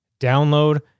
download